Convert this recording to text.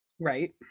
Right